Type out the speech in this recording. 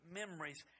memories